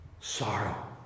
Sorrow